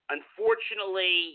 Unfortunately